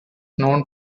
known